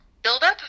Buildup